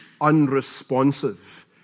unresponsive